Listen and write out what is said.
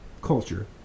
culture